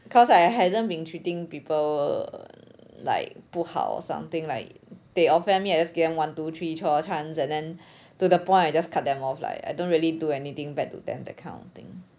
cause I hasn't been treating people err like 不好 or something like they offend me I just give them one two three four chance and then to the point I just cut them off like I don't really do anything bad to them that kind thing